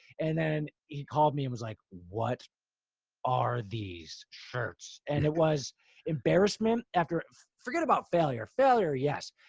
and then he called me and was like, what are these shirts? and it was embarrassment after forget about failure, failure. yes.